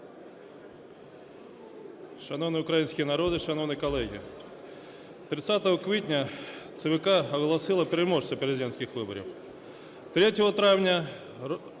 Шановний український народе, шановні колеги! 30 квітня ЦВК оголосило переможця президентських виборів.